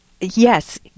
Yes